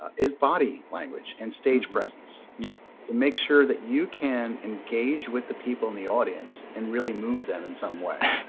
is body language and stage presence. yeah to make sure that you can engage with the people in the audience and really move them in some way.